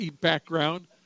background